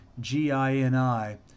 Gini